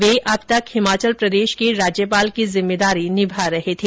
वे अब तक हिमाचल प्रदेश के राज्यपाल की जिम्मेदारी निभा रहे थे